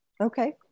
okay